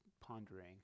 pondering